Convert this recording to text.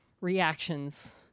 reactions